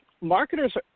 marketers